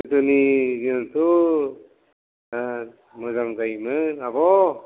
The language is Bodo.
गोदोनि जोंथ' ओ मोजां जायोमोन आब'